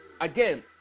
again